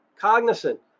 cognizant